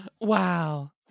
Wow